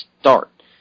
start